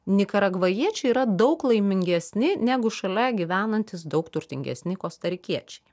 nikaragvajiečiai yra daug laimingesni negu šalia gyvenantys daug turtingesni kostarikiečiai